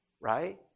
Right